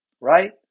right